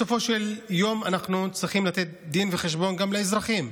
בסופו של יום אנחנו צריכים לתת דין וחשבון גם לאזרחים.